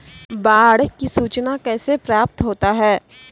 बाढ की सुचना कैसे प्राप्त होता हैं?